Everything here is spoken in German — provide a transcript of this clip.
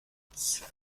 zwölf